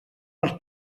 als